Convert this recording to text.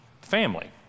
family